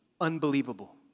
unbelievable